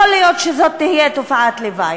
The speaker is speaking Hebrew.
יכול להיות שזו תהיה תופעת לוואי.